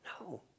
No